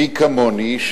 מי כמוני,